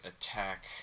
attack